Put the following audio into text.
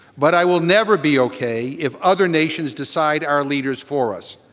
but i will never be ok if other nations decide our leaders for us.